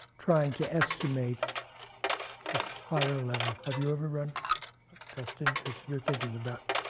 trying to estimate this higher level. have you ever run dustin, because you're thinking about